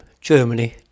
Germany